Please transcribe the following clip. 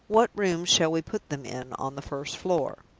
what rooms shall we put them in, on the first floor?